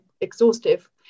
exhaustive